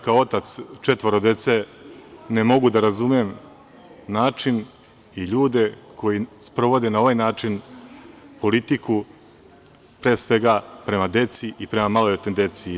Kao otac četvoro dece ne mogu da razumem način i ljude koji sprovode na ovaj način politiku, pre svega, prema deci i prema maloletnoj deci.